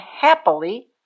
happily